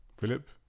Philip